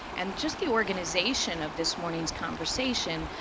and just the organization of this morning's conversation,